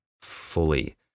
fully